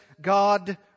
God